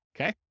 Okay